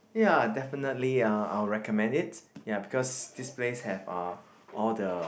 ya definitely uh I would recommend it ya because this place have uh all the